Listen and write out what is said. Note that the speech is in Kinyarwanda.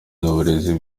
n’uburezi